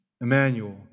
Emmanuel